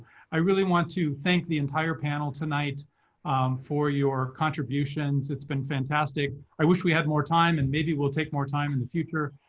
i really want to thank the entire panel tonight for your contributions. it's been fantastic. i wish we had more time. and maybe we'll take more time in the future.